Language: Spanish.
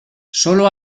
sólo